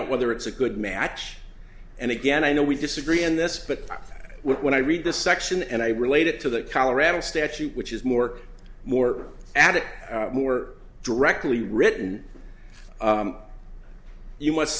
out whether it's a good match and again i know we disagree on this but when i read this section and i relate it to the colorado statute which is more more addict more directly written you m